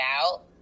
out